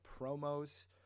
promos